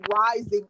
rising